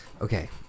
Okay